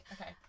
Okay